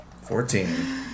Fourteen